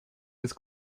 was